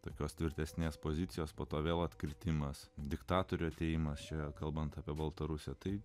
tokios tvirtesnės pozicijos po to vėl atkritimas diktatorių atėjimas čia kalbant apie baltarusiją tai